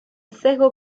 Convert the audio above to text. sesgo